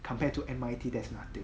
compared to M_I_T there's nothing